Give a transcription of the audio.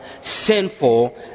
sinful